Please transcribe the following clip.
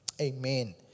Amen